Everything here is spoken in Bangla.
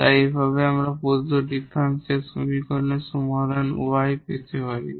তাই এইভাবে আমরা প্রদত্ত ডিফারেনশিয়াল সমীকরণের সমাধান y পেতে পারি